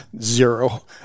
zero